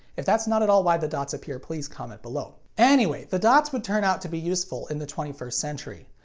if that's not at all why the dots appear please comment below. anyway, the dots would turn out to be useful in the twenty first century.